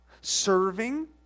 serving